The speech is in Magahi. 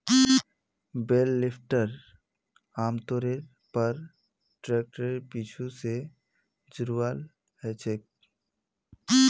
बेल लिफ्टर आमतौरेर पर ट्रैक्टरेर पीछू स जुराल ह छेक